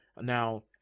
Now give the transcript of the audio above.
Now